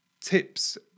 tips